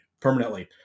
permanently